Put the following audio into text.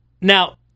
Now